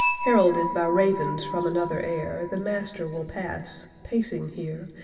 heralded by ravens from another air, the master will pass, pacing here,